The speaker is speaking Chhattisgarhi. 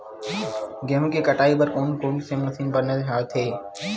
गेहूं के कटाई बर कोन कोन से मशीन बने होथे?